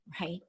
Right